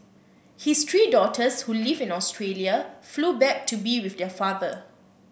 his three daughters who live in Australia flew back to be with their father